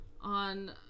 on